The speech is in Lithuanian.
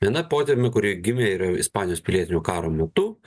viena potemė kuri gimė yra ispanijos pilietinio karo metu